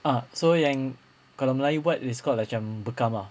ah so yang kalau melayu buat it's called macam bekam ah